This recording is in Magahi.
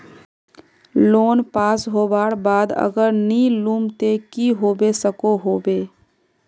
लोन पास होबार बाद अगर नी लुम ते की होबे सकोहो होबे?